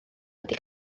wedi